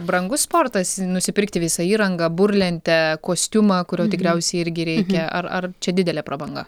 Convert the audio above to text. brangus sportas nusipirkti visą įrangą burlentę kostiumą kurio tikriausiai irgi reikia ar ar čia didelė prabanga